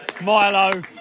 Milo